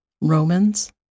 Romans